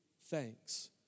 thanks